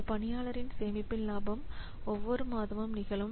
ஒரு பணியாளரின் சேமிப்பில் லாபம் ஒவ்வொரு மாதமும் நிகழும்